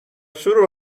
شروع